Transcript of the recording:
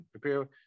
Prepare